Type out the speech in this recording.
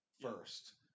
first